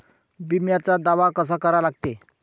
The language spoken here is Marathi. बिम्याचा दावा कसा करा लागते?